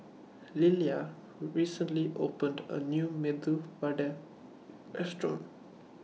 Lillia recently opened A New Medu Vada Restaurant